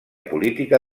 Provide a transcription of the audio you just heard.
política